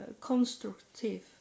constructive